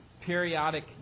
periodic